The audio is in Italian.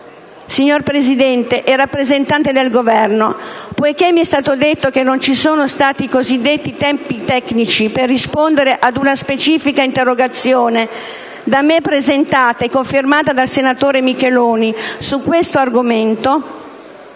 Signor Presidente, signor rappresentante del Governo, poiché mi è stato detto che non ci sono stati i cosiddetti tempi tecnici per rispondere ad una specifica interrogazione da me presentata, e cofirmata dal senatore Micheloni, su tale argomento,